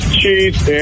cheese